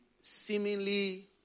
seemingly